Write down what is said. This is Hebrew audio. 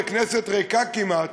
לכנסת ריקה כמעט,